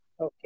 Okay